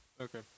Okay